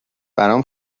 برام